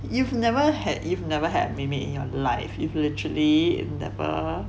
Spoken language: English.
you've never had you've never had a 妹妹 in your life you literally never